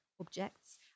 objects